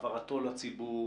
העברתו לציבור,